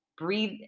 breathe